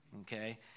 Okay